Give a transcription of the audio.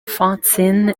fantine